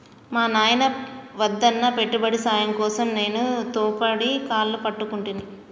మా నాయిన వద్దన్నా పెట్టుబడి సాయం కోసం నేను పతోడి కాళ్లు పట్టుకుంటిని